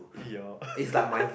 your